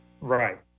Right